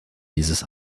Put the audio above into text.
dieses